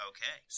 Okay